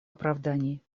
оправданий